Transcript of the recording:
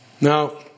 now